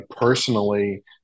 personally